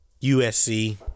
USC